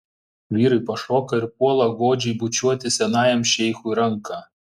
vyrai pašoka ir puola godžiai bučiuoti senajam šeichui ranką